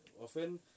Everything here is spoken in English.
often